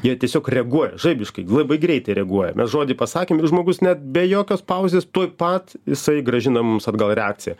jie tiesiog reaguoja žaibiškai labai greitai reaguoja mes žodį pasakėm ir žmogus net be jokios pauzės tuoj pat jisai grąžina mums atgal reakciją